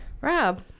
Rob